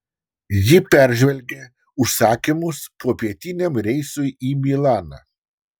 ji peržvelgė užsakymus popietiniam reisui į milaną